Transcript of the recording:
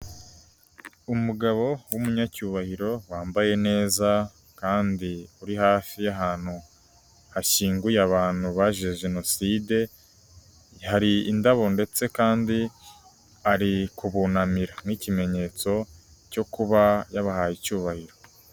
Umugabo w'umunyacyubahiro wambaye neza kandi uri hafi y'ahantu hashyinguye abantu bazize jenoside. Hari indabo ndetse kandi ari kubunamira nk'ikimenyetso cyo kuba yabahaye icyubahiro.